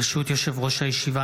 ברשות יושב-ראש הישיבה,